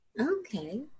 Okay